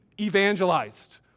evangelized